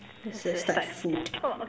let's just start food